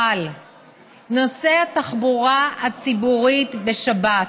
אבל נושא התחבורה הציבורית בשבת